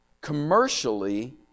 Commercially